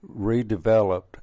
redeveloped